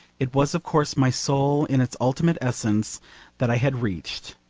it was of course my soul in its ultimate essence that i had reached.